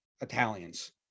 Italians